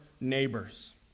neighbor's